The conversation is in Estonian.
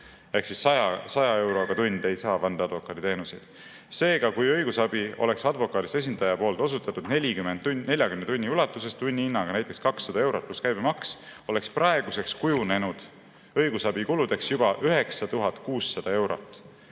ehk 100 euroga tund ei saa vandeadvokaadi teenuseid. Seega, kui advokaadist esindaja oleks õigusabi osutanud 40 tunni ulatuses tunnihinnaga näiteks 200 eurot pluss käibemaks, oleks praeguseks kujunenud õigusabikuludeks juba 9600 eurot.